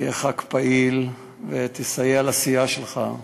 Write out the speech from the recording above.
תהיה ח"כ פעיל ותסייע לסיעה שלך.